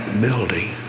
building